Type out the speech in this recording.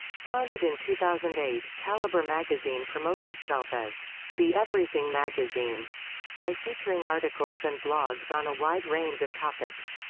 founded in two thousand and eight, caliber magazine promotes itself as the everything magazine by featuring articles and blogs on a wide range of topics.